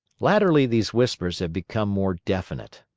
latterly these whispers had become more definite.